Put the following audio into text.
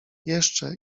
jeszcze